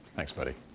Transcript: thanks, buddy.